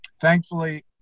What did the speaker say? thankfully